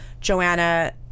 Joanna